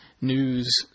news